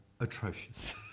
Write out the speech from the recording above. atrocious